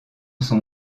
son